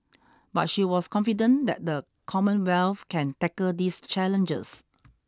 but she was confident that the Commonwealth can tackle these challenges